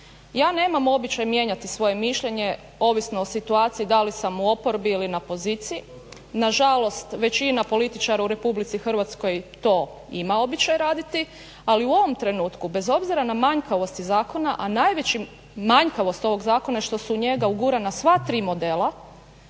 Ja nemam običaj mijenjati svoje mišljenje ovisno o situaciji da li sam u oporbi ili na poziciji. Na žalost većina političara u Republici Hrvatskoj to ima običaj raditi. Ali u ovom trenutku bez obzira na manjkavosti zakona, a najvećim, manjkavost ovog Zakona je što su u njega ugurana sva tri modela.